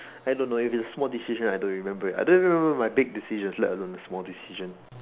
I don't know if it's a small decision I don't remember I don't even remember my big decision let alone small decision